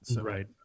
Right